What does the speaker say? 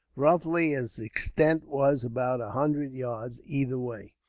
roughly, its extent was about a hundred yards, either way.